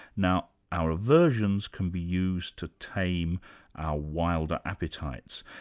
now, our aversions can be used to tame our wilder appetites.